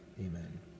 Amen